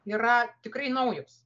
yra tikrai naujos